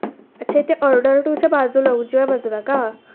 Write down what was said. अच्छा ते ऑर्डर टूच्या बाजूला उजव्या बाजूला का